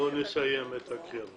בואו נסיים את הקריאה.